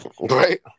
Right